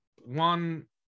one